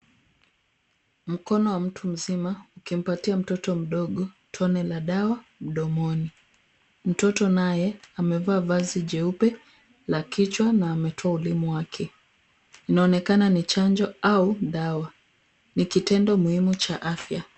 Mkono wa mtu mzima ukipatia mtoto mdogo tone la dawa mdomoni. Mtoto naye amevaa vazi jeupe la kichwa na ametoa ulimi wake. Inaonekana ni chanjo au dawa, ni kitendo muhimu cha afya.